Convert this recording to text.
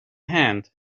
hand